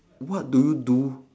what do you do